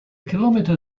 kilometre